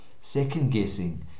Second-guessing